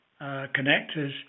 connectors